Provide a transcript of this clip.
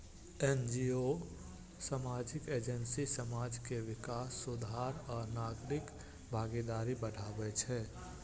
NGO आ सामाजिक agency समाज के विकास, सुधार आ नागरिक भागीदारी बढ़ाबै छै